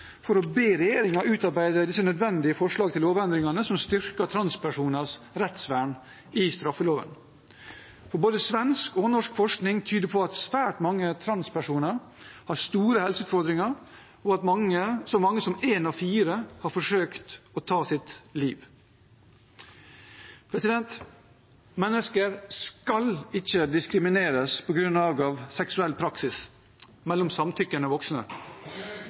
for å be regjeringen utarbeide disse nødvendige forslagene til lovendringer som styrker transpersoners rettsvern i straffeloven. Både svensk og norsk forskning tyder på at svært mange transpersoner har store helseutfordringer, og at så mange som en av fire har forsøkt å ta sitt liv. Mennesker skal ikke diskrimineres på grunnlag av seksuell praksis mellom samtykkende voksne